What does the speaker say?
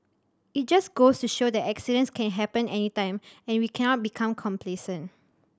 it just goes to show that accidents can happen anytime and we cannot become complacent